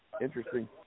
interesting